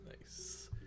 Nice